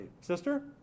sister